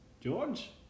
George